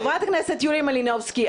חברת הכנסת יוליה מלינובסקי,